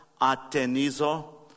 Atenizo